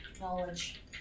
knowledge